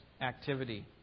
activity